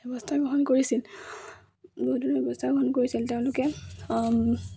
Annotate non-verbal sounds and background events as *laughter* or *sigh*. ব্যৱস্থা গ্ৰহণ কৰিছিল *unintelligible* ব্যৱস্থা গ্ৰহণ কৰিছিল তেওঁলোকে